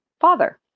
father